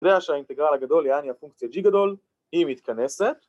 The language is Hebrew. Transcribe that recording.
נראה שהאינטגרל הגדול, יעני הפונקציה g גדול, היא מתכנסת